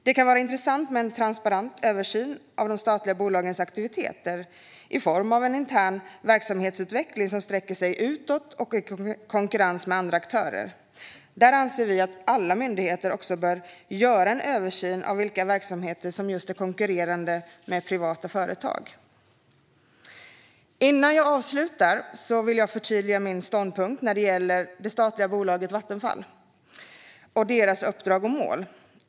Det kan vara intressant med en transparent översyn av de statliga bolagens aktiviteter i form av intern verksamhetsutveckling som sträcker sig utåt och i konkurrens med andra aktörer. Vi anser också att alla myndigheter bör göra en översyn av vilka verksamheter som konkurrerar med privata företag. Innan jag avslutar vill jag förtydliga min ståndpunkt vad gäller det statliga bolaget Vattenfalls uppdrag och mål.